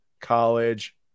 college